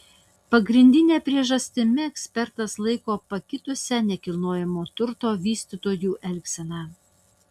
pagrindine priežastimi ekspertas laiko pakitusią nt vystytojų elgseną